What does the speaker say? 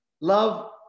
love